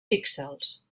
píxels